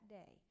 day